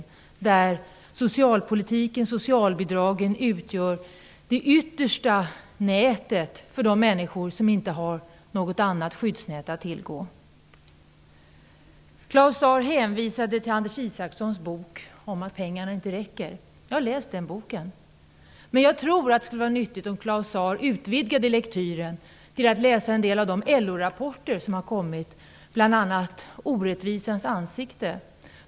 I det systemet utgör socialpolitiken och socialbidragen det yttersta nätet för de människor som inte har något annat skyddsnät att tillgå. Claus Zaar hänvisade till Anders Isakssons bok om att pengarna inte räcker. Jag har läst den boken. Men jag tror att det skulle vara nyttigt om Claus Zaar utvidgade sin lektyr och även läste de LO rapporter som har kommit, bl.a. Orättvisans ansikten.